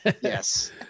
yes